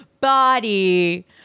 Body